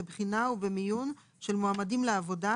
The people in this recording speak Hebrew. בבחינה ובמיון של מועמדים לעבודה,